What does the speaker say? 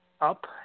up